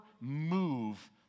move